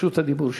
הדיבור שלך.